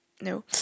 no